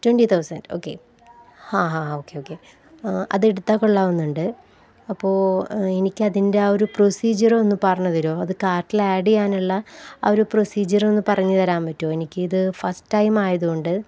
twenty thousand okay ആ ഹാ okay okay അതെടുത്താല്ക്കൊള്ളാമെന്നുണ്ട് അപ്പോള് എനിക്കതിൻ്റെ ആ ഒരു പ്രൊസീജറൊന്നു പറഞ്ഞുതരുമോ അത് കാർട്ടിൽ ആഡ് ചെയ്യാനുള്ള ആ ഒരു പ്രൊസീജറൊന്നു പറഞ്ഞുതരാൻ പറ്റുമോ എനിക്കിത് ഫസ്റ്റ് ടൈം ആയതു കൊണ്ട്